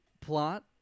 plot